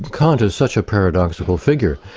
kant is such a paradoxical figure,